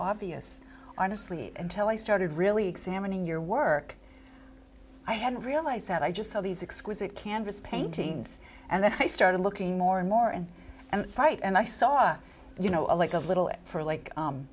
obvious honestly until i started really examining your work i hadn't realized that i just saw these exquisite canvas paintings and then i started looking more and more and right and i saw you know a like a little bit for like